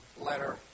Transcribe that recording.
letter